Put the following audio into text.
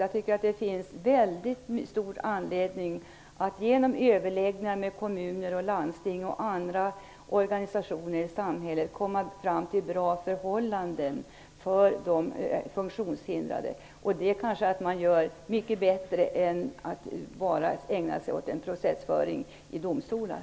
Det är angeläget att man genom överläggningar med kommuner, landsting och andra organisationer i samhället får fram bra förhållanden för de funktionshindrade. Det kanske är mycket bättre än att bara ägna sig åt processföring i domstolar.